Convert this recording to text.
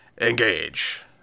engage